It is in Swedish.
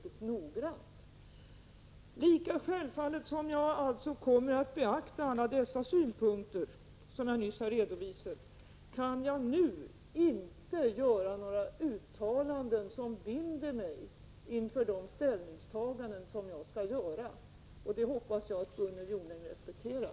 1986/87:20 självfallet som jag alltså kommer att beakta dessa synpunkter kan jag nu inte 6 november 1986 göra några uttalanden som binder mig inför de ställningstaganden som jag skall göra. Det hoppas jag att Gunnel Jonäng respekterar.